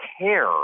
care